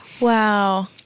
Wow